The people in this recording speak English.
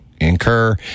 incur